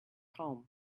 home